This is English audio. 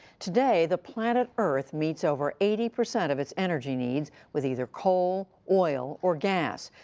today, the planet earth meets over eighty percent of its energy needs with either coal, oil or gas.